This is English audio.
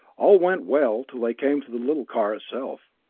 all went well till they came to the little car itself.